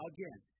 Again